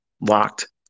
locked